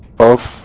both